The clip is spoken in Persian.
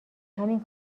همین